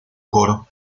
coro